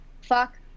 fuck